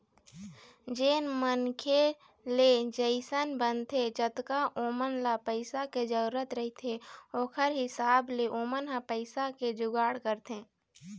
जेन मनखे ले जइसन बनथे जतका ओमन ल पइसा के जरुरत रहिथे ओखर हिसाब ले ओमन ह पइसा के जुगाड़ करथे